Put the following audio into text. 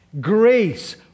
Grace